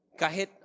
kahit